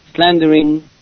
slandering